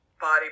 body